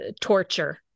torture